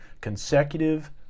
consecutive